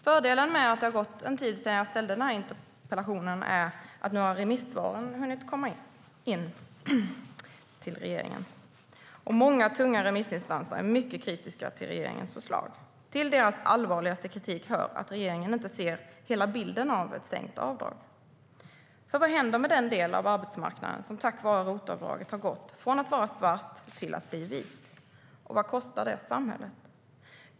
Fördelen med att det har gått en tid sedan jag ställde interpellationen är att remissvaren nu har hunnit komma in till regeringen. Många tunga remissinstanser är mycket kritiska till regeringens förslag. Till deras allvarligaste kritik hör att regeringen inte ser hela bilden av ett sänkt avdrag. För vad händer med den del av arbetsmarknaden som tack vare ROT-avdraget har gått från att vara svart till att bli vit? Och vad kostar det samhället?